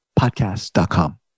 Podcast.com